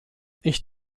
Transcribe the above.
ich